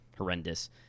horrendous